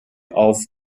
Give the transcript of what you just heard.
auf